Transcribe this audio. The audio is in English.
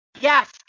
Yes